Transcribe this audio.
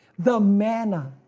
the manna,